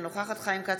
אינה נוכחת חיים כץ,